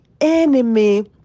enemy